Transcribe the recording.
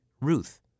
Ruth